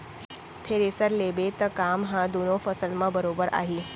thresher लेबे त काम ह दुनों फसल म बरोबर आही